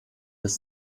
des